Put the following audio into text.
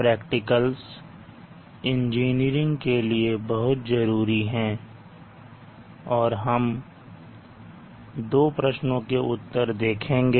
practicals engineering के लिए बहुत जरूरी हैं और हम 2 प्रश्नों के उत्तर देखेंगे